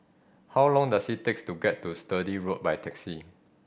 how long does it takes to get to Sturdee Road by taxi